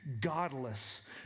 godless